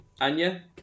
Anya